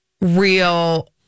real